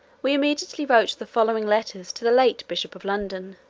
we immediately wrote the following letters to the late bishop of london